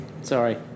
Sorry